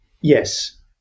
Yes